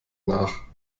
nach